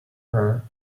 her